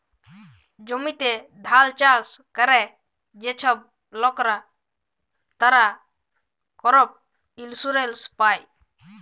জমিতে ধাল চাষ ক্যরে যে ছব লকরা, তারা করপ ইলসুরেলস পায়